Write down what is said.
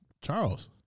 Charles